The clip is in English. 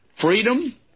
freedom